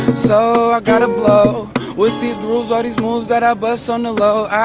so i gotta blow with these grooves, all these moves that i bust on the low. i